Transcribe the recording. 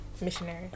missionary